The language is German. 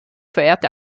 verehrte